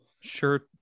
Sure